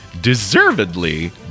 deservedly